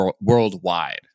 Worldwide